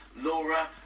Laura